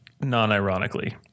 non-ironically